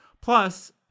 Plus